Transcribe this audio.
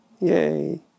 Yay